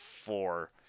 four